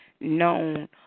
known